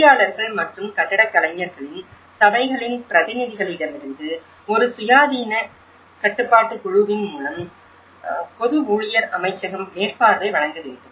பொறியாளர்கள் மற்றும் கட்டடக் கலைஞர்களின் சபைகளின் பிரதிநிதிகளிடமிருந்து ஒரு சுயாதீன கட்டுப்பாட்டுக் குழுவின் மூலம் பொது ஊழியர் அமைச்சகம் மேற்பார்வை வழங்க வேண்டும்